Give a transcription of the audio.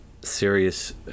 serious